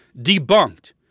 debunked